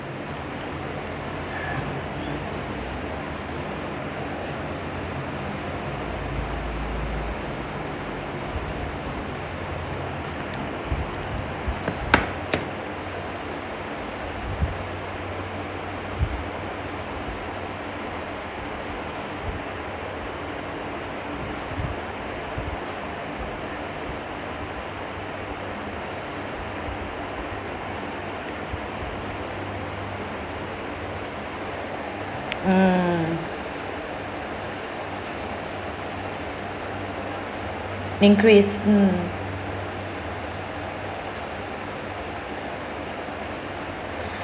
mm increase mm